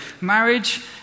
marriage